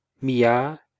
mia